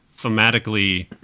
thematically